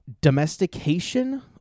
domestication